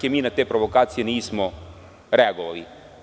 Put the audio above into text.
Mi na te provokacije nismo reagovali.